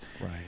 Right